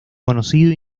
conocido